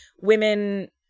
women